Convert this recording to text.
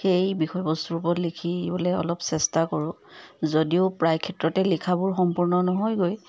সেই বিষয়বস্তুৰ ওপৰত লিখিবলৈ অলপ চেষ্টা কৰোঁ যদিও প্ৰায় ক্ষেত্ৰতে লিখাবোৰ সম্পূৰ্ণ নহয়গৈ